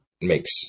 makes